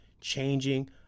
changing